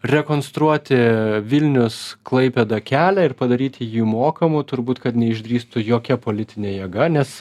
rekonstruoti vilnius klaipėda kelią ir padaryti jį mokamu turbūt kad neišdrįstų jokia politinė jėga nes